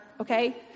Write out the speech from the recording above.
Okay